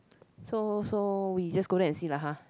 so so we just go there and see lah !huh!